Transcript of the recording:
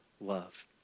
love